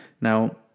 Now